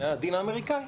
מהדין האמריקאי,